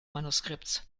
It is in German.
manuskripts